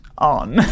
On